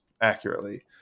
accurately